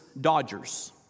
Dodgers